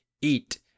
eat